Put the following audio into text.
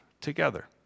together